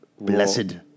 Blessed